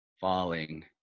falling